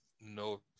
No